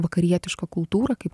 vakarietišką kultūrą kaip